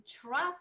trust